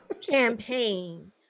campaign